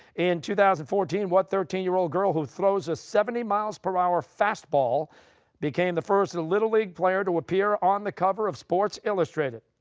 in two thousand and fourteen, what thirteen year old girl who throws a seventy miles per hour fastball became the first little league player to appear on the cover of sports illustrated?